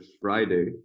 Friday